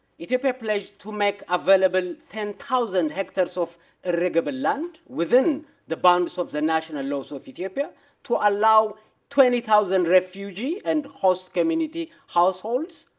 ethiopia pledged to make available ten thousand hectares of ah and but land within the bounds of the national laws of ethiopia to allow twenty thousand refugees and host community households,